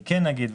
אני כן אגיד,